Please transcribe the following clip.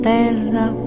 terra